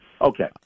Okay